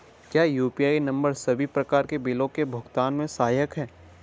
क्या UPI number सभी प्रकार के बिलों के भुगतान में सहायक हैं?